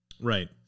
Right